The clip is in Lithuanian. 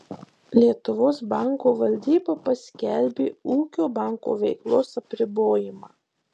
lietuvos banko valdyba paskelbė ūkio banko veiklos apribojimą